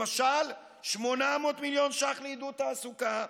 למשל, 800 מיליון שקל לעידוד תעסוקה,